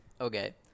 Okay